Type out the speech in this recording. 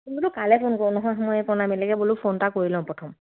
কাৰলে phone কৰোঁ নহয় মই একৌ নাই বেলেগৰ বোলো ফোন এটা কৰি লওঁ প্ৰথম